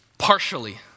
Partially